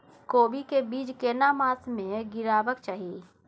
कोबी के बीज केना मास में गीरावक चाही?